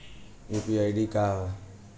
UPI का ह?